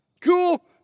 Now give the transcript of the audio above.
Cool